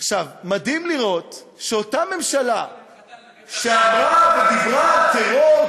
מדהים לראות שאותה ממשלה שדיברה על טרור,